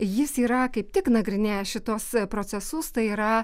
jis yra kaip tik nagrinėjęs šituos procesus tai yra